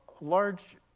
large